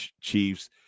Chiefs